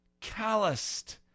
calloused